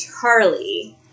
Charlie